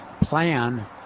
plan